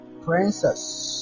Princess